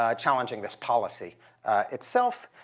ah challenging this policy itself.